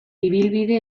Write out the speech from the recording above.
ibilbide